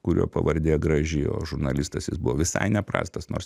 kurio pavardė graži o žurnalistas jis buvo visai neprastas nors